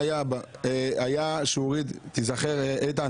כי איתן,